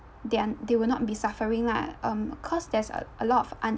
they are they will not be suffering lah um cause there's a a lot of